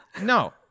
No